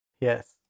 Yes